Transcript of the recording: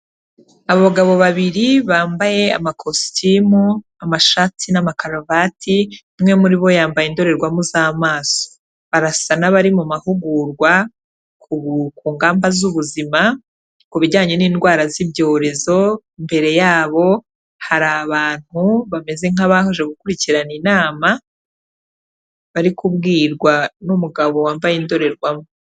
Abagabo babiri bambaye amakositimu, amashati n'amakaruvati, umwe muri bo yambaye indorerwamo z'amaso. Barasa n'abari mu mahugurwa ku ngamba z'ubuzima ku bijyanye n'indwara z'ibyorezo, imbere yabo hari abantu bameze nk'abaje gukurikirana inama, bari kubwirwa n'umugabo wambaye indorerwamo.